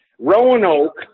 Roanoke